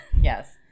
Yes